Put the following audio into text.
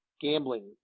gambling